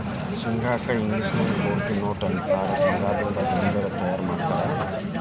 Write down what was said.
ಶೇಂಗಾ ಕ್ಕ ಇಂಗ್ಲೇಷನ್ಯಾಗ ಗ್ರೌಂಡ್ವಿ ನ್ಯೂಟ್ಟ ಅಂತಾರ, ಶೇಂಗಾದಿಂದ ಗಾಂದೇಣ್ಣಿನು ತಯಾರ್ ಮಾಡ್ತಾರ